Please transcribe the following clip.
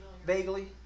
vaguely